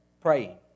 praying